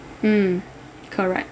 mm correct